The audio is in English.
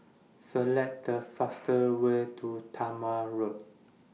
Select The faster Way to Talma Road